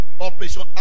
Operation